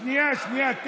שנייה, שנייה.